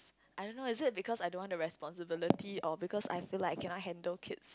I don't know is it because I don't want the responsibility or because I feel like I cannot handle kids